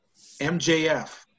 MJF